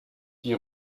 die